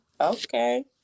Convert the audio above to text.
Okay